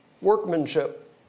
workmanship